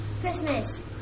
Christmas